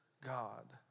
God